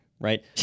right